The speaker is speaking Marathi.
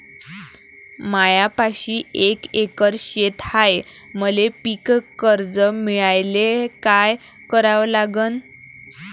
मायापाशी एक एकर शेत हाये, मले पीककर्ज मिळायले काय करावं लागन?